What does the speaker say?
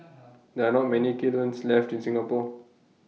there are not many kilns left in Singapore